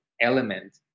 element